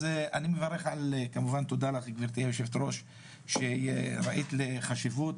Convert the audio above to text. תודה לך גברתי היושב-ראש שראית חשיבות